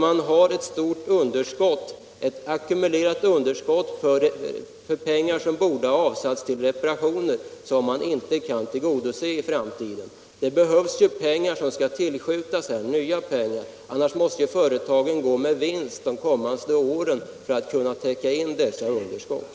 Man har ett ackumulerat underskott i fråga om pengar som borde ha avsatts till reparationer — något som man inte kan tillgodose i framtiden. Det behöver ju tillskjutas nya pengar; annars måste företagen gå med vinst de kommande åren för att man skall kunna täcka in dessa underskott.